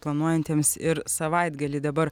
planuojantiems ir savaitgalį dabar